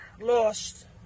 lost